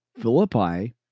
Philippi